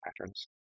patterns